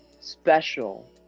special